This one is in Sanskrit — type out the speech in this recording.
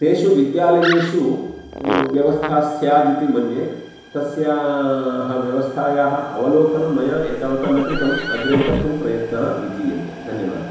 तेषु विद्यालयेषु व्यवस्था स्याद् इति मन्ये तस्याः व्यवस्थायाः अवलोकनं मया एतावत् न कृतम् अग्रे कर्तुं प्रयत्नः विधीयते धन्यवादः